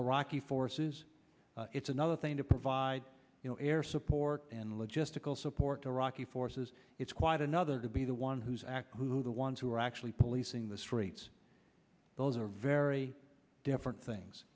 iraqi forces it's another thing to provide you know air support and logistical support to iraqi forces it's quite another to be the one who's act who the ones who are actually policing the streets those are very different things